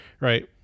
right